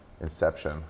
Inception